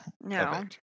No